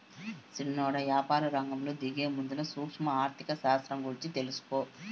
సిన్నోడా, యాపారరంగంలో దిగేముందల సూక్ష్మ ఆర్థిక శాస్త్రం గూర్చి తెలుసుకో